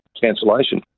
cancellation